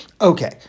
okay